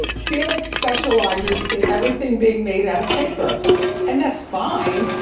felix specializes in everything being made out of paper and that's fine,